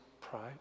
pride